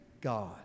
God